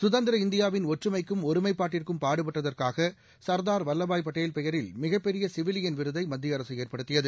சுதந்திர இந்தியாவின் ஒற்றுமைக்கும் ஒருமைப்பாட்டிற்கும் பாடுபட்டதற்காக சர்தார் வல்லபாய் படேல் பெயரில் மிகப்பெரிய சிவிலியன் விருதை மத்திய அரசு ஏற்படுத்தியது